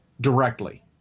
directly